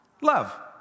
Love